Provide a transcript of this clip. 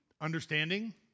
Understanding